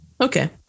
okay